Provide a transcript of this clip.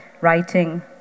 writing